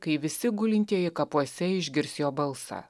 kai visi gulintieji kapuose išgirs jo balsą